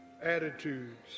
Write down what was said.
attitudes